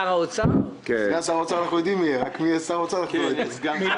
אבל אנחנו לא יודעים מי יהיה שר האוצר...